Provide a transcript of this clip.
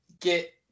get